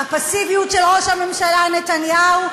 הפסיביות של ראש הממשלה נתניהו,